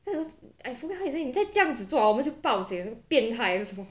so I just I forgot how is it 你再这样子做 hor 我们就报警变态还是什么